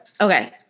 okay